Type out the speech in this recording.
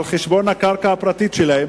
על חשבון הקרקע הפרטית שלהם,